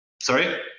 Sorry